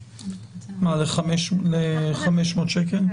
מה, ל-500 שקל?